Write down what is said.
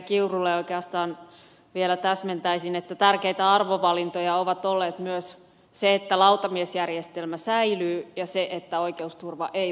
kiurulle oikeastaan vielä täsmentäisin että tärkeitä arvovalintoja ovat olleet myös se että lautamiesjärjestelmä säilyy ja se että oikeusturva ei vaarannu